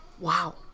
Wow